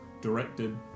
directed